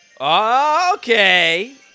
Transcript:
Okay